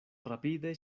rapide